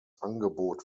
angebot